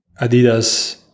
Adidas